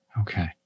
Okay